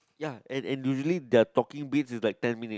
ya and and really their talking pace is like ten minute